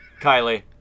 Kylie